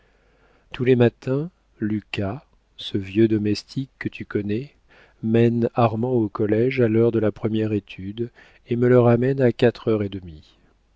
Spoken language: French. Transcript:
tous les matins lucas ce vieux domestique que tu connais mène armand au collége à l'heure de la première étude et me le ramène à quatre heures et demie